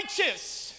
righteous